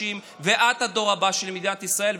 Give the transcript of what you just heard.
האנשים ואת הדור הבא של מדינת ישראל,